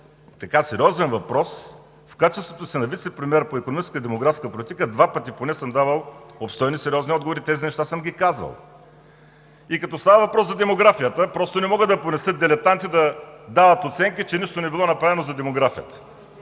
така сериозен въпрос, в качеството си на вицепремиер по икономическата и демографска политика два пъти съм давал обстойни и сериозни отговори. Тези неща съм ги казвал. Като става въпрос за демографията, просто не мога да понеса дилетанти да дават оценки, че нищо не било направено за нея.